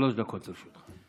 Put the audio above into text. שלוש דקות לרשותך.